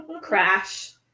Crash